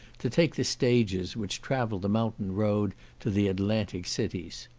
to take the stages which travel the mountain road to the atlantic cities.